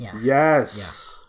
Yes